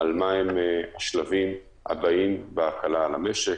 מה הם השלבים הבאים בהקלה על המשק.